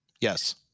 yes